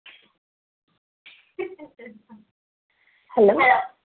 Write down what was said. hello